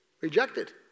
Rejected